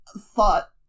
thought